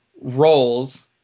roles